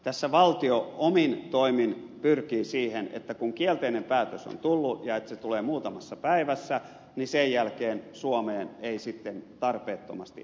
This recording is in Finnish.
tässä valtio omin toimin pyrkii siihen että kun kielteinen päätös on tullut ja se tulee muutamassa päivässä niin sen jälkeen suomeen ei sitten tarpeettomasti enää tulla